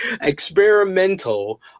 experimental